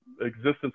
existence